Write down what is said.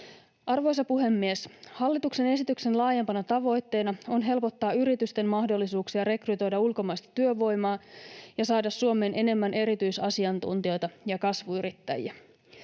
Arvoisa puhemies! Hallituksen esityksen laajempana tavoitteena on helpottaa yritysten mahdollisuuksia rekrytoida ulkomaista työvoimaa ja saada Suomeen enemmän erityisasiantuntijoita ja kasvuyrittäjiä.